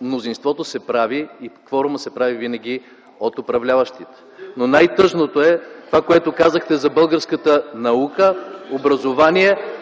Мнозинството се прави и кворумът се прави винаги от управляващите, но най-тъжното е това, което казахте за българската наука, образование.